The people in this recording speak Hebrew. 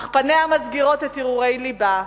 אך פניה מסגירות את הרהורי לבה,